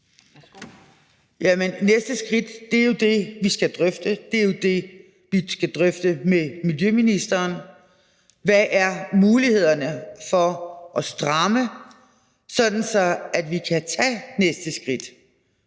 næste skridt er jo det, vi skal drøfte. Det er det, vi skal drøfte med miljøministeren, altså hvad mulighederne er for at stramme op, så vi kan tage næste skridt.